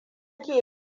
ke